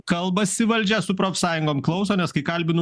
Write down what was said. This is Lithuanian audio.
kalbasi valdžia su profsąjungom klauso nes kai kalbinu